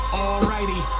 alrighty